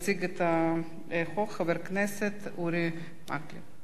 יציג את החוק חבר הכנסת אורי מקלב.